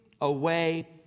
away